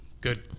Good